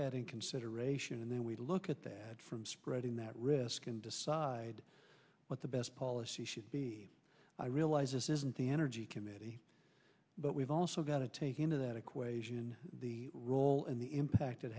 that in consideration and then we look at that from spreading that risk and decide what the best policy should be i realize this isn't the energy committee but we've also got to take into that equation the role and the impact it